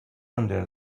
under